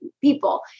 people